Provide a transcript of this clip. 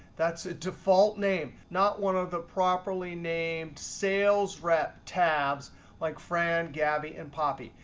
that's a default name, not one of the properly named sales rep tabs like fran, gabby, and poppy.